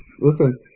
Listen